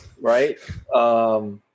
right